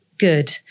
good